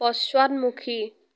পশ্চাদমুখী